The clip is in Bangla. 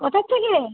কোথা থেকে